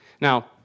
Now